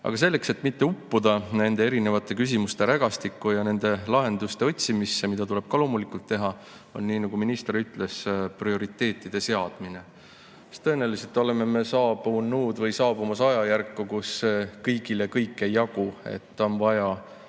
Aga selleks, et mitte uppuda nende erinevate küsimuste rägastikku ja nende lahenduste otsimisse, mida tuleb ka loomulikult teha, on [vaja], nii nagu minister ütles, prioriteete seada, sest tõenäoliselt oleme saabunud või saabumas ajajärku, kus kõigile kõike ei jagu. Nii et on vaja